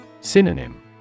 Synonym